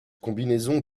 combinaison